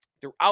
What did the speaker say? Throughout